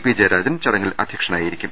P Jayarajan ചട ങ്ങിൽ അധ്യക്ഷനായിരിക്കും